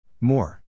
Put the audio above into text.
More